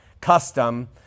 custom